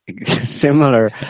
similar